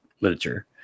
literature